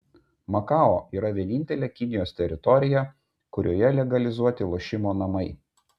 makao yra vienintelė kinijos teritorija kurioje legalizuoti lošimo namai